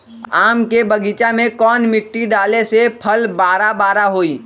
आम के बगीचा में कौन मिट्टी डाले से फल बारा बारा होई?